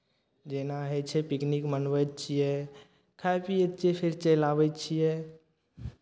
जेना होइ छै पिकनिक मनबै छियै खाइ पियै छियै फेर चलि आबै छियै